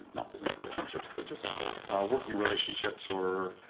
not business relationships, but just working relationships or